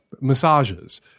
massages